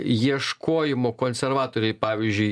ieškojimo konservatoriai pavyzdžiui